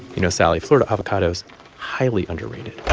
you know, sally, florida avocados highly underrated